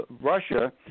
Russia